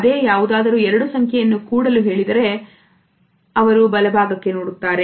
ಅದೇ ಯಾವುದಾದರೂ ಎರಡು ಸಂಖ್ಯೆಯನ್ನು ಕೂಡಲು ಹೇಳಿದರೆ ಅವರು ಬಲಭಾಗಕ್ಕೆ ನೋಡುತ್ತಾರೆ